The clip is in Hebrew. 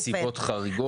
נסיבות חריגות.